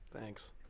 Thanks